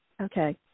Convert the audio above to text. Okay